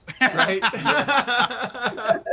Right